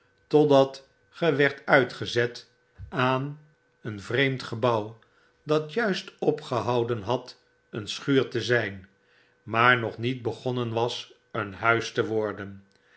totdat ge werd uitgezet aan een vreemd gebouw dat juist opgehouden had een schuur te zijn maar nog niet begonnen was een huis te worden